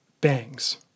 bangs